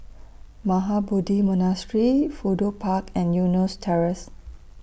Mahabodhi Monastery Fudu Park and Eunos Terrace